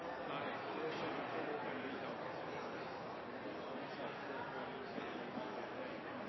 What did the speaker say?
Da har jeg